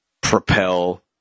propel